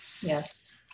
Yes